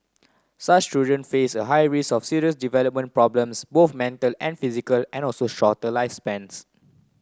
such children face a high rise of serious development problems both mental and physical and also shorter lifespans